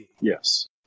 Yes